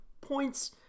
points